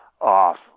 off